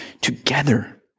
together